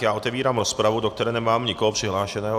Já otevírám rozpravu, do které nemám nikoho přihlášeného.